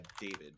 David